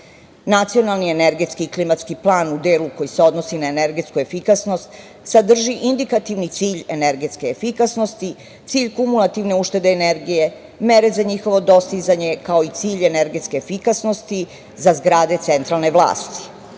bašte. Nacionalni energetski i klimatski plan u delu koji se odnosi na energetsku efikasnost sadrži indikativni cilj energetske efikasnosti, cilj kumulativne uštede energije, mere za njihovo dostizanje, kao i cilj energetske efikasnosti za zgrade centralne vlasti. Naime,